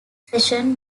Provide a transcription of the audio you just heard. session